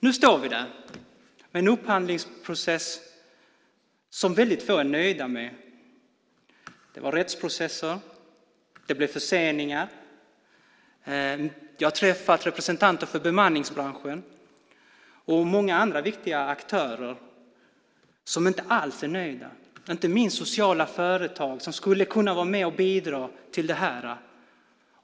Nu står vi där, med en upphandlingsprocess som väldigt få är nöjda med. Det var rättsprocesser. Det blev förseningar. Jag har träffat representanter för bemanningsbranschen och många andra viktiga aktörer som inte alls är nöjda. Det är inte minst sociala företag, som skulle kunna vara med och bidra till det här.